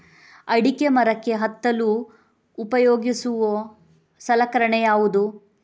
ಅಡಿಕೆ ಮರಕ್ಕೆ ಹತ್ತಲು ಉಪಯೋಗಿಸುವ ಸಲಕರಣೆ ಯಾವುದು?